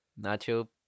nacho